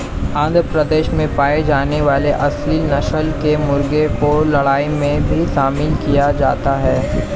आंध्र प्रदेश में पाई जाने वाली एसील नस्ल के मुर्गों को लड़ाई में भी शामिल किया जाता है